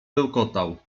bełkotał